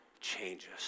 changes